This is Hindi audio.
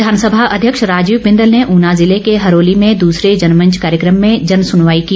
विधानसभा अध्यक्ष राजीव बिंदल ने ऊना ज़िले के हरोली में दूसरे जनमंच कार्यक्रम में जन सुनवाई की